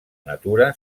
natura